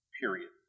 Period